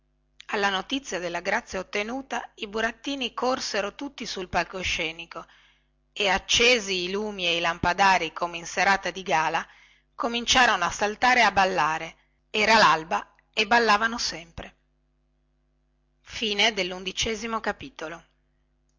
alla notizia della grazia ottenuta i burattini corsero tutti sul palcoscenico e accesi i lumi e i lampadari come in serata di gala cominciarono a saltare e a ballare era lalba e ballavano sempre